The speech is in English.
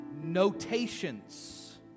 notations